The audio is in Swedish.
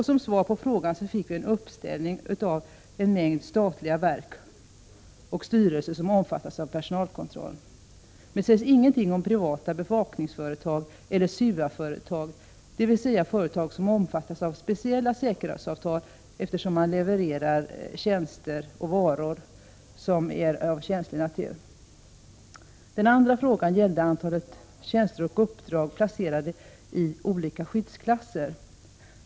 Som svar på frågan fick vi en uppräkning av en mängd statliga verk och styrelser som omfattas av personalkontrollen. Det sägs dock ingenting om privata bevakningsföretag eller SUA-företag, dvs. företag som omfattas av speciella säkerhetsavtal, eftersom de levererar tjänster och varor som är av känslig natur. Den andra frågan gällde antalet tjänster och uppdrag som är placerade i olika skyddsklasser.